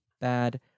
bad